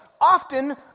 often